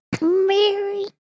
Mary